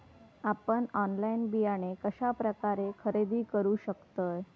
आपन ऑनलाइन बियाणे कश्या प्रकारे खरेदी करू शकतय?